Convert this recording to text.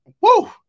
Woo